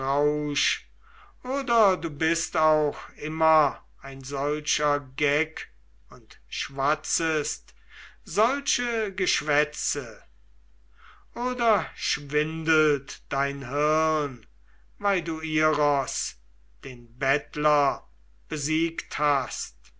oder du bist auch immer ein solcher geck und schwatzest solche geschwätze oder schwindelt dein hirn weil du iros den bettler besiegt hast